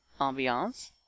Ambiance